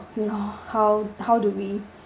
you know how how do we